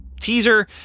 teaser